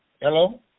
Hello